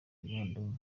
twibandaho